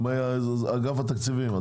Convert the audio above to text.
אגף התקציבים?